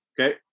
okay